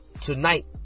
Tonight